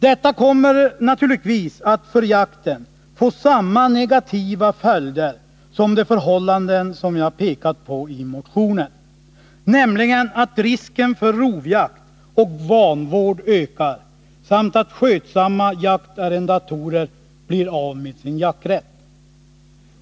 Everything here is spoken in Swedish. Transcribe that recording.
Denna kommer naturligtvis för jakten att få samma negativa följder som de förhållanden som jag pekat på i motionen, nämligen att risken för rovjakt och vanvård ökar samt att skötsamma jaktarrendatorer blir av med sin jakträtt.